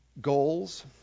goals